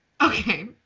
Okay